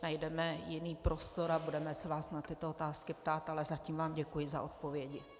Najdeme jiný prostor a budeme se vás na tyto otázky ptát, ale zatím vám děkuji za odpovědi.